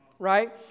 right